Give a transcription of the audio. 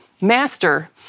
Master